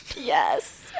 Yes